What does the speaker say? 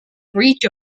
breach